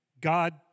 God